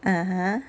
!huh!